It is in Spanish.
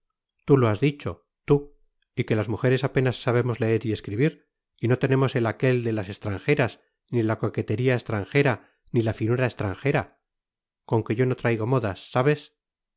tú lo has dicho tú y que las mujeres apenas sabemos leer y escribir y no tenemos el aquel de las extranjeras ni la coquetería extranjera ni la finura extranjera con que yo no traigo modas sabes